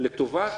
לטובת